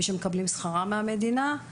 מי שמקבלים שכר מהמדינה,